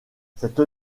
cette